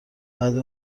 بعد